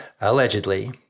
allegedly